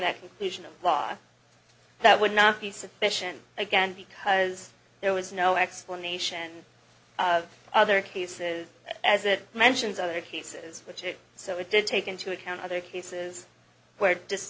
that conclusion of law that would not be sufficient again because there was no explanation of other cases as it mentions other cases which it so it did take into account other cases where